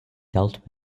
dealt